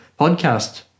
podcast